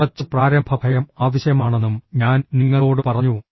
കുറച്ച് പ്രാരംഭ ഭയം ആവശ്യമാണെന്നും ഞാൻ നിങ്ങളോട് പറഞ്ഞു